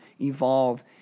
evolve